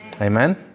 Amen